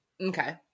okay